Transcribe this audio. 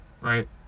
right